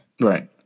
Right